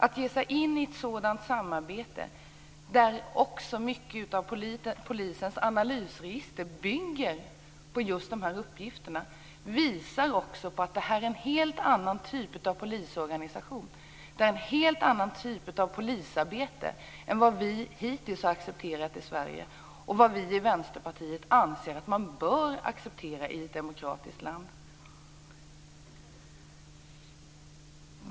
Vi ger oss in i ett samarbete där mycket av polisens analysregister bygger på just de här uppgifterna. Det visar att det här är en helt annan typ av polisorganisation. Det är en helt annan typ av polisarbete än vad vi hittills har accepterat i Sverige och vad vi i Vänsterpartiet anser att man bör acceptera i ett demokratiskt land.